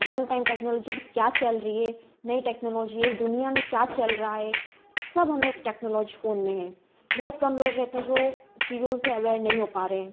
one time technology अभी क्या चल रही है नए टेक्नोलॉजी है दुनिया में क्या चल रहा है सब हमें टेक्नोलॉजी फोन में है बहुत कम लोग रहते हैं जो चीज़ों से अवेयर नहीं हो पा रहे हैं